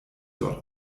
dort